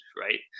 right